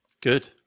good